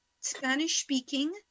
Spanish-speaking